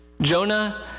Jonah